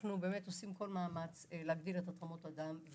אנחנו עושים כל מאמץ להגדיל את מספר תרומות הדם.